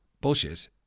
bullshit